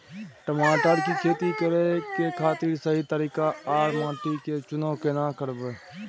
टमाटर की खेती करै के खातिर सही तरीका आर माटी के चुनाव केना करबै?